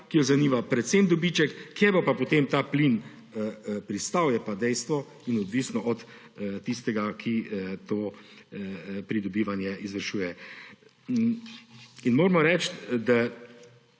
ki jo zanima predvsem dobiček. Kje bo pa potem ta plin pristal, je pa dejstvo, da je odvisno od tistega, ki to pridobivanje izvršuje. Moramo reči, da